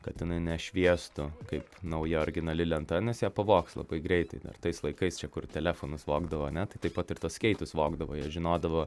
kad jinai nešviestų kaip nauja originali lenta nes ją pavogs labai greitai tais laikais čia kur telefonus vogdavo ane tai taip pat ir tuos skeitus vogdavo jie žinodavo